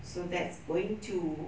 so that's going to